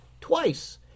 twice